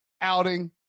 outing